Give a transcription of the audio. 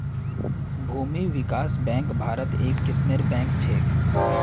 भूमि विकास बैंक भारत्त एक किस्मेर बैंक छेक